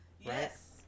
Yes